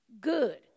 good